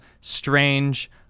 strange